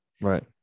Right